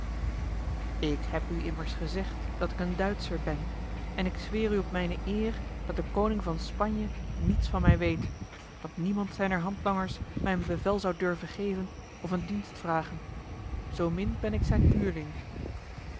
ik heb u immers gezegd dat ik een duitscher ben en ik zweer u op mijn eer dat de koning van spanje niets van mij weet dat niemand zijner handlangers mij een bevel zou durven geven of een dienst vragen zoomin ben ik zijn huurling